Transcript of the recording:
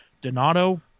Donato